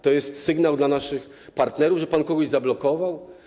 To jest sygnał dla naszych partnerów, że pan kogoś zablokował?